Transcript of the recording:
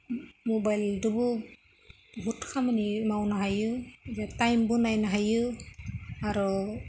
मबाइलजोंबो बहुद खामानि मावनो हायो जों टाइमबो नायनो हायो आरो